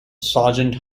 sergeant